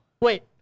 Wait